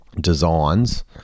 designs